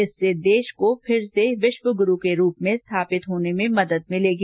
इससे देश को फिर से विश्व गुरु के रूप में स्थापित होने में मदद मिलेगी